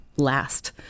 last